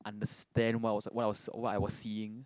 understand what I was what I was what I was seeing